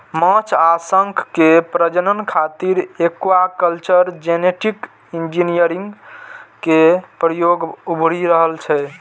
माछ आ शंख के प्रजनन खातिर एक्वाकल्चर जेनेटिक इंजीनियरिंग के प्रयोग उभरि रहल छै